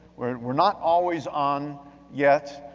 we're not always on yet.